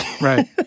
Right